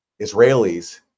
Israelis